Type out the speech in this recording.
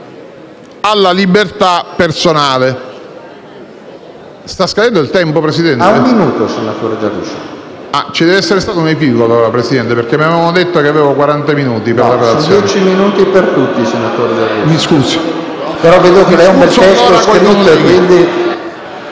alla libertà personale.